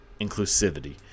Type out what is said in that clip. inclusivity